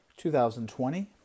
2020